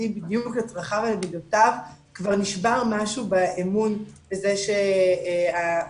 בדיוק לצרכיו ולמידותיו כבר נשבר משהו באמון בזה שהצוות